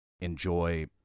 enjoy